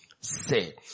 say